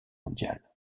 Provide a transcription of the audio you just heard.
mondiale